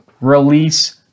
release